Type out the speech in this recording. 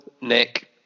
Nick